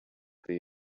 they